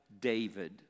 David